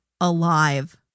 alive